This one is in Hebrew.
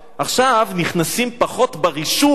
עכשיו נכנסים פחות ברישום,